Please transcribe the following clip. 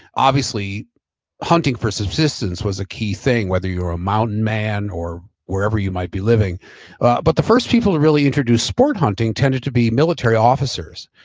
obviously hunting for subsistence was a key thing, whether you're a mountain man or wherever you might be living but the first people to really introduce sport hunting tended to be military officers.